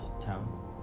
town